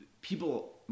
people